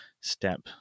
step